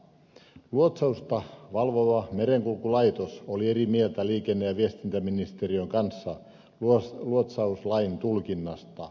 luotsausta valvova merenkulkulaitos oli eri mieltä liikenne ja viestintäministeriön kanssa luotsauslain tulkinnasta